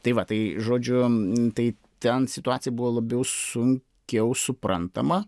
tai va tai žodžiu tai ten situacija buvo labiau sunkiau suprantama